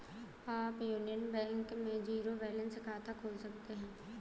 आप Union Bank में zero balance खाता खोल सकते हैं